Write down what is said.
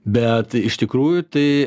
bet iš tikrųjų tai